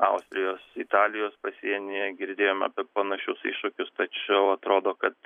austrijos italijos pasienyje girdėjome apie panašius iššūkius tačiau atrodo kad